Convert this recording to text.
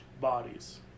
bodies